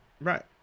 Right